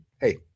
Hey